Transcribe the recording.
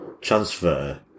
transfer